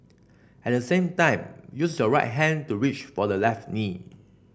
at the same time use your right hand to reach for the left knee